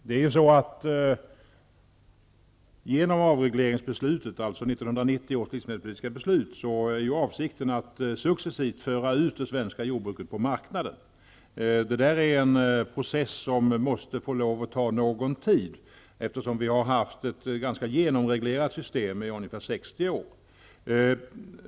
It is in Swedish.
Herr talman! Avsikten med avregleringsbeslutet, dvs. 1990 års livsmedelspolitiska beslut, är att successivt föra ut det svenska jordbruket på marknaden. Det är en process som måste få ta någon tid, eftersom vi har haft ett ganska genomreglerat system under ungefär 60 år.